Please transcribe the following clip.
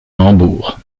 hambourg